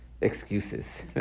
Excuses